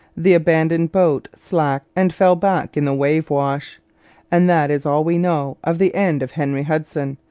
the abandoned boat slacked and fell back in the wave wash and that is all we know of the end of henry hudson,